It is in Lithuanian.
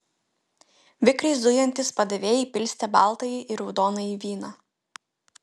vikriai zujantys padavėjai pilstė baltąjį ir raudonąjį vyną